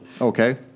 Okay